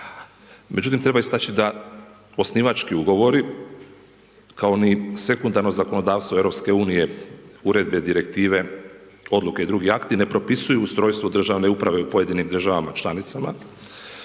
Međutim, treba ističe da osnivački ugovori, kao i oni sekundarno zakonodavstvo EU, uredbe, direktive, odluke i drugi akti, ne propisuju ustrojstvu državne uprave u pojedinim državama članicama,